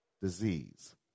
disease